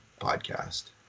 podcast